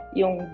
yung